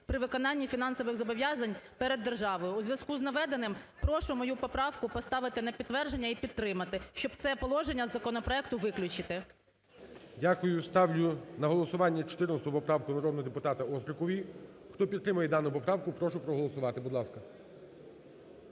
при виконанні фінансових зобов'язань перед державою. У зв'язку з наведеним прошу мою поправку поставити на підтвердження і підтримати, щоб це положення законопроекту виключити. ГОЛОВУЮЧИЙ. Дякую. Ставлю на голосування 14 поправку народного депутата Острікової. Хто підтримує дану поправку, прошу проголосувати. Будь ласка.